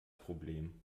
problem